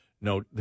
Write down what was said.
no